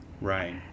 Right